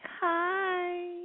Hi